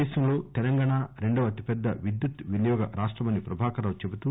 దేశంలో తెలంగాణ రెండవ అతిపెద్ద విద్యుత్ వినియోగ రాష్టమని ప్రభాకర్ రావు చెబుతూ